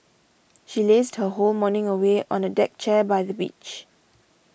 she lazed her whole morning away on a deck chair by the beach